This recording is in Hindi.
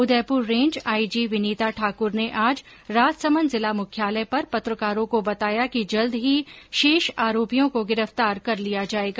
उदयपुर रेंज आईजी विनीता ठाकुर ने आज राजसमन्द जिला मुख्यालय पर पत्रकारों को बताया कि जल्द ही शेष आरोपियों को गिरफ्तार कर लिया जायेगा